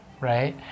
right